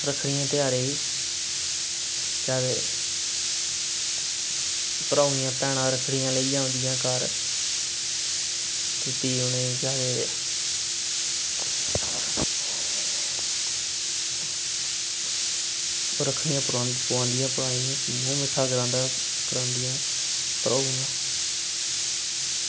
रक्खड़ियें दे ध्यारें ई केह् आक्खदे भ्राऊ दियां भैनां रक्खड़ियां लेइयै औंदियां घर देने ई केह् आखदे रक्खड़ियां पोआंदे भैनें ते मूंह् मिट्ठा करांदियां भ्राऊ दा